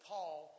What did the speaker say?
Paul